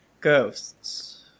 ghosts